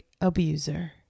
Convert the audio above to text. abuser